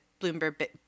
Bloomberg